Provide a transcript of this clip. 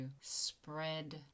spread